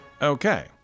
Okay